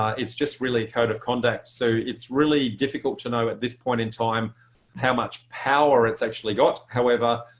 it's just really a code of conduct so it's really difficult to know at this point in time how much power it's actually got. however,